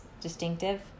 distinctive